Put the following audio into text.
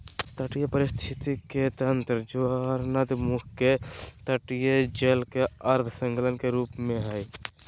तटीय पारिस्थिति के तंत्र ज्वारनदमुख के तटीय जल के अर्ध संलग्न के रूप में हइ